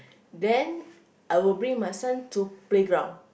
then I will bring my son to playground